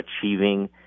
achieving